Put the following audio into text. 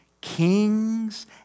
Kings